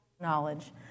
knowledge